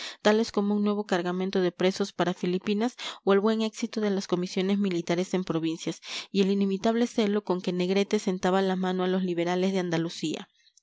tales como un nuevo cargamento de presos para filipinas o el buen éxito de las comisiones militares en provincias y el inimitable celo con que negrete sentaba la mano a los liberales de andalucía